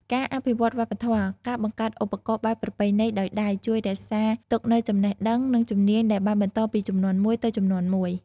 ការអភិរក្សវប្បធម៌ ការបង្កើតឧបករណ៍បែបប្រពៃណីដោយដៃ ជួយរក្សាទុកនូវចំណេះដឹង និងជំនាញដែលបានបន្តពីជំនាន់មួយទៅជំនាន់មួយ។